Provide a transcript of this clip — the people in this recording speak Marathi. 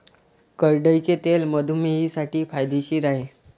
करडईचे तेल मधुमेहींसाठी फायदेशीर आहे